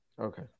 Okay